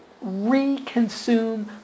re-consume